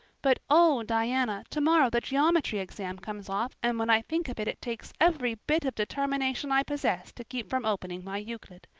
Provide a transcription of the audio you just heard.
but oh, diana, tomorrow the geometry exam comes off and when i think of it it takes every bit of determination i possess to keep from opening my euclid.